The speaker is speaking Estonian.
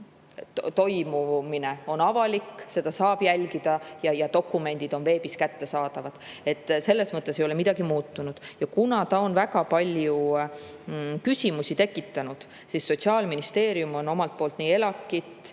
toimub avalikult, seda saab jälgida ja dokumendid on veebis kättesaadavad. Selles mõttes ei ole midagi muutunud. Ja kuna see on väga palju küsimusi tekitanud, siis Sotsiaalministeerium on omalt poolt nii ELAK-it